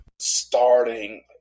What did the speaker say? starting